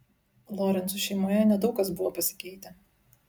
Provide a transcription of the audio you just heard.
lorencų šeimoje nedaug kas buvo pasikeitę